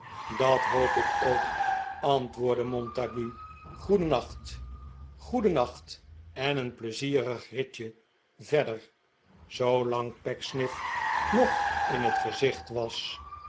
dat hoop ik ook antwoordde montague goedennacht goedennacht en een pleizierig ritje verder zoolang pecksniff nog in het gezicht was